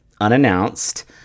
unannounced